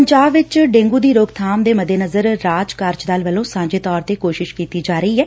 ਪੰਜਾਬ ਵਿਚ ਡੇਂਗੁ ਦੀ ਰੋਕਬਾਮ ਦੇ ਮੱਦੇਨਜ਼ਰ ਰਾਜ ਕਾਰਜ ਦਲ ਵੱਲੋਂ ਸਾਂਝੇ ਤੌਰ ਤੇ ਕੋਸ਼ਿਸ਼ ਕੀਤੀ ਜਾ ਰਹੀ ਏ